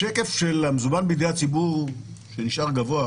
בשקף של המזומן בידי הציבור שנשאר גבוה,